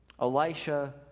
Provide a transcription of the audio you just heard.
Elisha